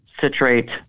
citrate